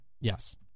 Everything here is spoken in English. Yes